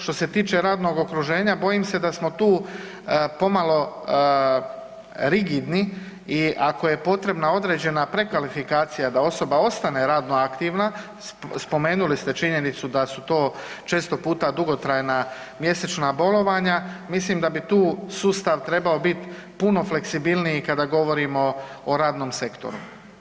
Što se tiče radnog okruženja bojim se da smo tu pomalo rigidni i ako je potrebna određena prekvalifikacija da osoba ostane radno aktivna spomenuli ste činjenicu da su to često puta dugotrajna mjesečna bolovanja, mislim da bi tu sustav trebao biti puno fleksibilniji kada govorimo o radnom sektoru.